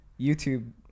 YouTube